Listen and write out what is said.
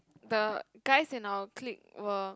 the guys in our clique were